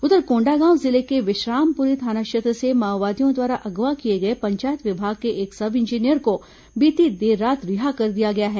उधर कोंडागांव जिले के विश्रामपुरी थाना क्षेत्र से माओवादियों द्वारा अगवा किए गए पंचायत विभाग के एक सब इंजीनियर को बीती देर रात रिहा कर दिया गया है